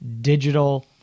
digital